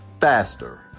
Faster